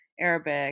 Arabic